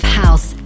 house